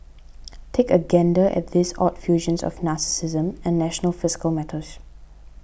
take a gander at these odd fusions of narcissism and national fiscal matters